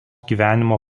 gyvenimo